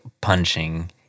punching